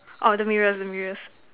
orh the mirrors the mirrors